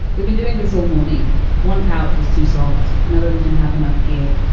we've been doing this all morning one couch was too soft. another didn't have enough give.